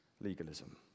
legalism